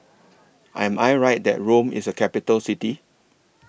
Am I Right that Rome IS A Capital City